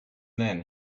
then